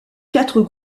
quatre